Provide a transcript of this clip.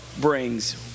brings